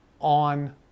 on